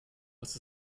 was